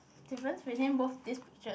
difference between both this pictures